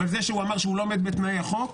אבל זה שהוא אמר שהוא לא עומד בתנאי החוק,